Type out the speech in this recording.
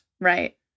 Right